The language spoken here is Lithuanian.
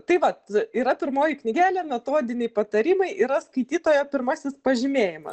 tai vat yra pirmoji knygelė metodiniai patarimai yra skaitytojo pirmasis pažymėjimas